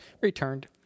returned